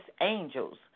angels